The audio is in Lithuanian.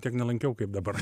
tiek nelankiau kaip dabar